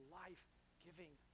life-giving